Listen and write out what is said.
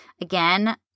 again